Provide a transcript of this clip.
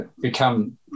become